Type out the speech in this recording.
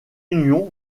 union